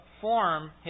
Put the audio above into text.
form